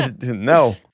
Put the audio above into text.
No